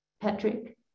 Patrick